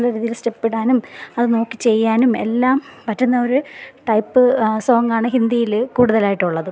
നല്ലരീതിയിൽ സ്റ്റെപ്പ് ഇടാനും അത് നോക്കി ചെയ്യാനും എല്ലാം പറ്റുന്ന ഒരു ടൈപ്പ് സോങ്ങ് ആണ് ഹിന്ദിയിൽ കൂടുതലായിട്ടുള്ളത്